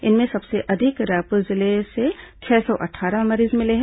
इनमें सबसे अधिक रायपुर जिले से छह सौ अट्ठारह मरीज मिले हैं